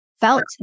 felt